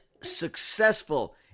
successful